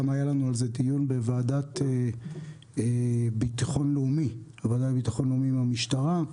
היה לנו על זה דיון בוועדה לביטחון לאומי עם המשטרה,